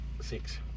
Six